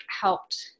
helped